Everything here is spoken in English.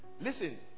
Listen